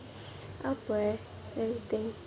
apa eh let me think